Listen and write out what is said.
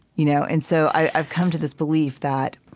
you know, and so, i've come to this belief that,